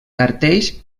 cartells